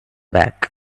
back